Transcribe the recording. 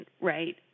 right